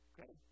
Okay